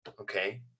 okay